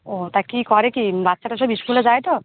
ও তা কী করে কী বাচ্চারা সব স্কুলে যায় তো